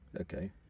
Okay